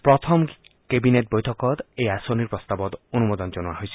প্ৰথমখন কেবিনেট বৈঠকত এই আঁচনিৰ প্ৰস্তাৱত অনুমোদন জনোৱা হৈছিল